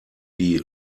die